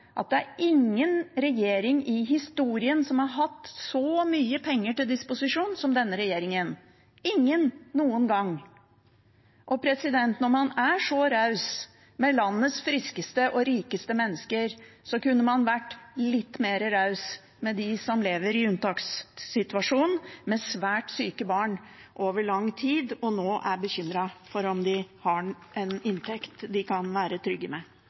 at ingen regjering i historien har hatt så mye penger til disposisjon som denne regjeringen – ingen noen gang. Når man er så raus med landets friskeste og rikeste mennesker, kunne man vært litt mer raus med dem som lever i en unntakssituasjon med svært syke barn over lang tid, og nå er bekymret for om de har en inntekt de kan være trygge med.